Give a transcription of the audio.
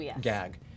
gag